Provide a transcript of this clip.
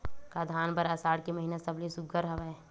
का धान बर आषाढ़ के महिना सबले सुघ्घर हवय?